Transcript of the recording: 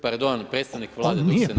Pardon, predstavnik Vlade.